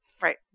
Right